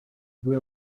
due